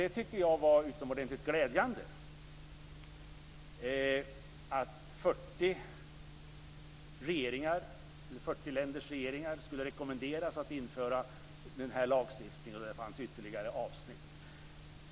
Jag tycker att det var utomordentligt glädjande att 40 länders regeringar skulle rekommenderas att införa den här lagstiftningen. Det fanns ytterligare några avsnitt.